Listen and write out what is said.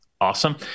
Awesome